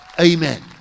Amen